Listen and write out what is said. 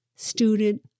student